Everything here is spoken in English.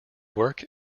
work